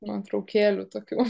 nuotraukėlių tokių